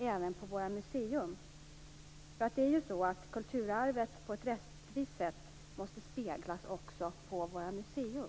Kulturarvet måste ju också speglas på ett rättvist sätt på våra museer.